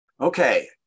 Okay